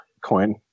coin